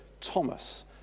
Thomas